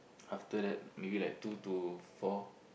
after that maybe like two to four